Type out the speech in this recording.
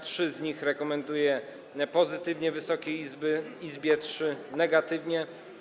Trzy z nich rekomenduje pozytywnie Wysokiej Izbie, trzy negatywnie.